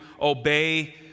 obey